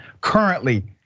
currently